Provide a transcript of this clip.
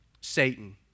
Satan